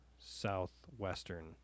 southwestern